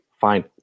fine